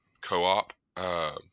co-op